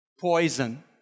poison